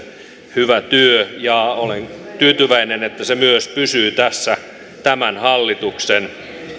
hyvä työ olen tyytyväinen että se myös pysyy tässä tämän hallituksen